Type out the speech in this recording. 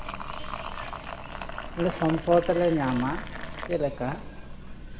ᱞᱮ ᱥᱚᱢᱯᱚᱫ ᱞᱮ ᱧᱟᱢᱟ ᱪᱮᱫᱞᱮᱠᱟ